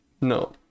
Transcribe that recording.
No